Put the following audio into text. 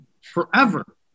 forever